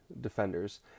defenders